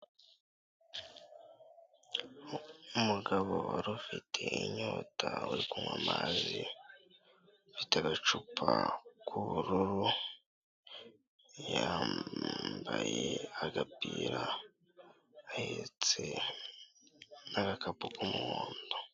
Umugabo wari ufite inyota uri kunywa amazi. Afite agacupa k'ubururu yambaye agapira ahetse n'agakapu k'umuhondo.